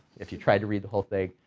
if you tried to read the whole thing,